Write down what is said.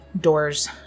doors